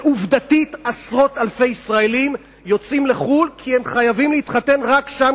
ועובדתית עשרות אלפי ישראלים יוצאים לחו"ל כי הם חייבים להתחתן שם,